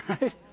Right